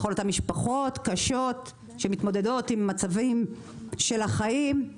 לכל אותן משפחות קשות שמתמודדות עם מצבים של החיים,